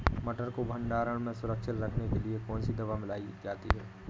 मटर को भंडारण में सुरक्षित रखने के लिए कौन सी दवा मिलाई जाती है?